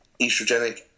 estrogenic